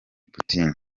putin